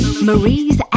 Maries